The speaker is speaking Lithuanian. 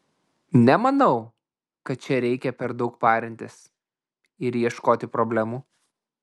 nemanau kad čia reikia per daug parintis ir ieškoti problemų